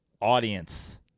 audience